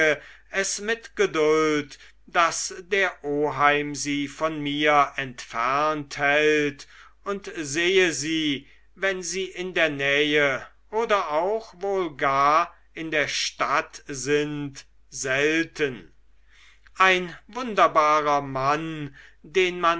es mit geduld daß der oheim sie von mir entfernt hält und sehe sie wenn sie in der nähe oder auch wohl gar in der stadt sind selten ein wunderbarer mann den man